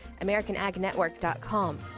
AmericanAgNetwork.com